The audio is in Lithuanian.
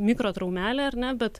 mikro traumelė ar ne bet